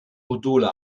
module